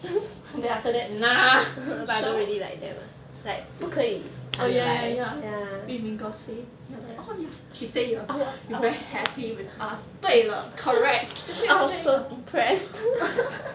then after that nah oh ya ya ya yu min got say like that she say you're you very happy with us 对了 correct